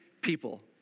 people